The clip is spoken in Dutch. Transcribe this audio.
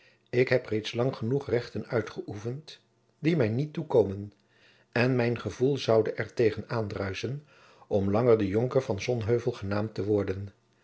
ik heb reeds lang genoeg rechten uitgeoefend die mij niet toekomen en mijn gevoel zoude er tegen aandruisschen om langer de jonker van sonheuvel genaamd te worden